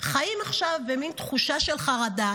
חיים עכשיו במין תחושה של חרדה.